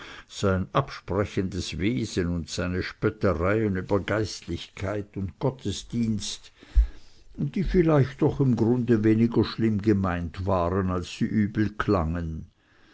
sein absprechendes wesen und seine spöttereien über geistlichkeit und gottesdienst die vielleicht doch im grunde weniger schlimm gemeint waren als sie übel klangen